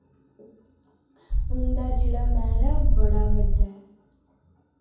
उं'दा जेह्ड़ा मैह्ल ऐ ओह् बड़ा बड्डा ऐ